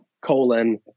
colon